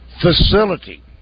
facility